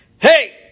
Hey